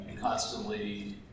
constantly